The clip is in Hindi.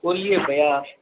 बोलिए भैया